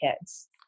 kids